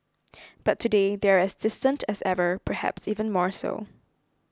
but today they are as distant as ever perhaps even more so